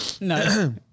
No